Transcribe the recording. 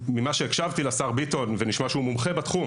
הקשבתי לדבריו של השר ביטון ונשמע שהוא מומחה בתחום,